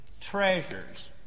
treasures